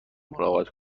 ملاقات